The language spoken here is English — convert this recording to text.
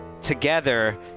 together